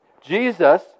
Jesus